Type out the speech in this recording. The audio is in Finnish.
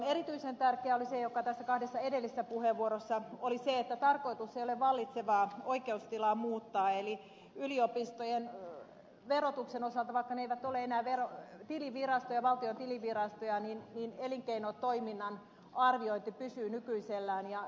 erityisen tärkeää oli se mikä näissä kahdessa edellisessä puheenvuorossa oli että tarkoitus ei ole vallitsevaa oikeustilaa muuttaa eli yliopistojen verotuksen osalta vaikka ne eivät ole enää valtion tilivirastoja elinkeinotoiminnan arviointi pysyy nykyisellään